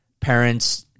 parents